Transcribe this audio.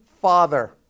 Father